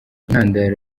intandaro